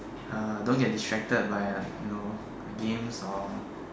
uh don't get distracted by like you know games or